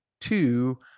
two